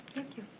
thank you.